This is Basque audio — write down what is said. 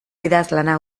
idazlana